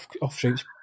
offshoots